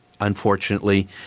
unfortunately